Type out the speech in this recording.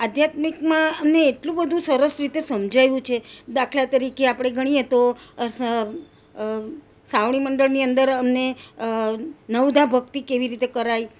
આધ્યાતમિકમાં અમે એટલું બધું સરસ રીતે સમજાવ્યું છે દાખલા તરીકે આપણે ગણીએ તો સાવણી મંડળની અંદર અમને નવધા ભક્તિ કેવી રીતે કરાય